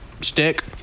stick